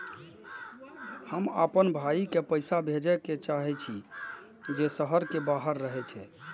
हम आपन भाई के पैसा भेजे के चाहि छी जे शहर के बाहर रहे छै